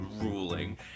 ruling